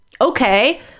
Okay